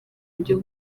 byo